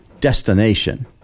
destination